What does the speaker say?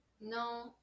No